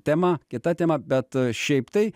tema kita tema bet šiaip tai